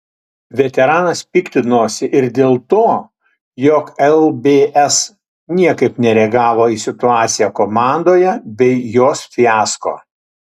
veteranas piktinosi ir dėl to jog lbs niekaip nereagavo į situaciją komandoje bei jos fiasko